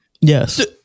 Yes